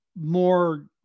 more